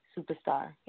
superstar